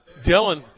Dylan